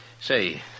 Say